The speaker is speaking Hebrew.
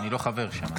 אני לא חבר שם.